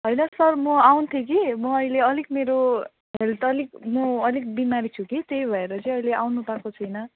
होइन सर म आउँथेँ कि म अहिले अलिक मेरो हेल्थ अलिक म अलिक बिमारी छु कि त्यही भएर चाहिँ अहिले आउनु पाएको छुइनँ